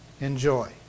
Enjoy